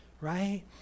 right